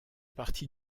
partie